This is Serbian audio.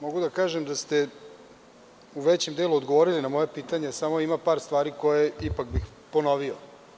Mogu da kažem da ste u većem delu odgovorili na moja pitanja, samo ima par stvari koje ipak bih ponovio.